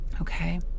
okay